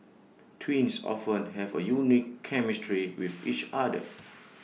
twins often have A unique chemistry with each other